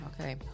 Okay